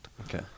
Okay